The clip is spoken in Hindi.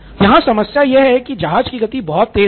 यहाँ समस्या यह है कि यहाँ जहाज की गति बहुत तेज है